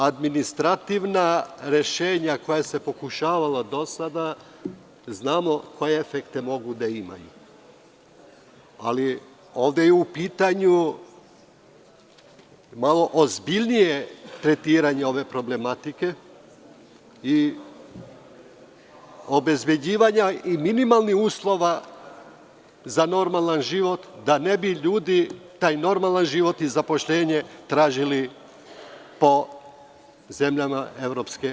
Administrativna rešenja do sada znamo koje efekte mogu da imaju, ali ovde je upitanju malo ozbiljnije tretiranje ove problematike iobezbeđivanja minimalnih uslova za normalan život, da ne bi ljudi taj normalan život zaposlenje tražili po zemljama EU.